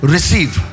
Receive